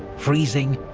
freezing,